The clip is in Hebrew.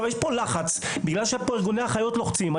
יש כאן לחץ בגלל שארגוני בעלי החיים לוחצים.